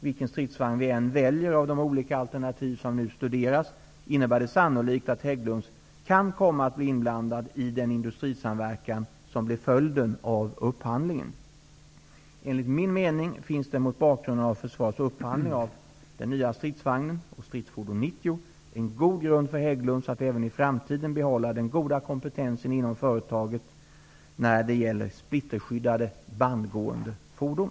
Vilken stridsvagn vi än väljer av de olika alternativ som nu studeras, innebär det sannolikt att Hägglunds kommer att bli inblandad i den industrisamverkan som blir följden av upphandlingen. Enligt min mening finns det mot bakgrund av försvarets upphandling av den nya stridsvagnen och stridsfordon 90 en god grund för Hägglunds att även i framtiden behålla den goda kompetens som företaget nu har när det gäller splitterskyddade bandgående fordon.